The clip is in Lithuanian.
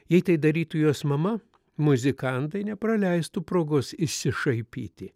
jei tai darytų jos mama muzikantai nepraleistų progos išsišaipyti